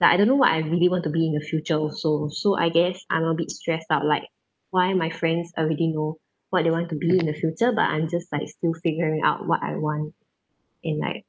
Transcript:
like I don't know what I really want to be in the future also so I guess I'm a bit stressed out like why my friends already know what they want to be in the future but I'm just like still figuring out what I want and like